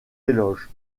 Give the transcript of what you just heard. éloges